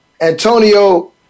Antonio